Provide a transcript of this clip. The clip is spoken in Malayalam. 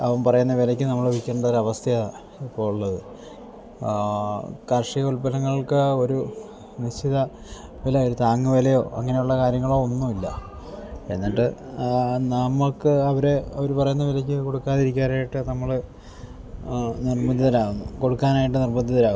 അവൻ പറയുന്ന വിലയ്ക്ക് നമ്മൾ വിൽക്കേണ്ട ഒരു അവസ്ഥയാണ് ഇപ്പോൾ ഉള്ളത് കാർഷിക ഉൽപ്പന്നങ്ങൾക്ക് ഒരു നിശ്ചിത വില ഒരു താങ്ങ് വിലയോ അങ്ങനെയുള്ള കാര്യങ്ങളോ ഒന്നും ഇല്ല എന്നിട്ട് നമുക്ക് അവരെ അവർ പറയുന്ന വിലയ്ക്ക് കൊടുക്കാതിരിക്കാനായിട്ട് നമ്മൾ നിർബന്ധിതരാവുന്നു കൊടുക്കാനായിട്ട് നിർബന്ധിതരാവുന്നു